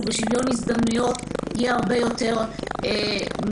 ושוויון הזדמנויות יהיה הרבה יותר מסיסמה.